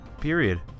period